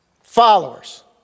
Followers